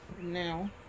now